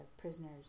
prisoners